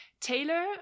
Taylor